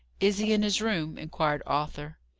is he in his room? inquired arthur.